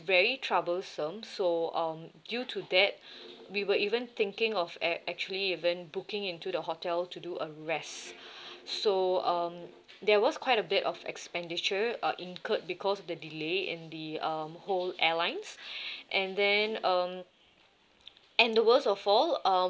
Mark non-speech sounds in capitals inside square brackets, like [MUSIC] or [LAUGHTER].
very troublesome so um due to that [BREATH] we were even thinking of a~ actually even booking into the hotel to do a rest so um there was quite a bit of expenditure uh incurred because the delay in the um whole airlines [BREATH] and then um and the worst of all um